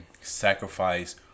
sacrifice